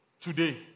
Today